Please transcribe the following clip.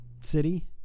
city